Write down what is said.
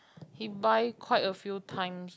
he buy quite a few times